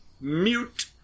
mute